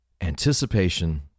anticipation